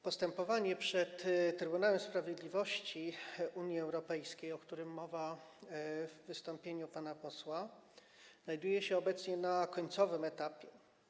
Postępowanie przed Trybunałem Sprawiedliwości Unii Europejskiej, o którym mowa w wystąpieniu pana posła, znajduje się obecnie na końcowym etapie.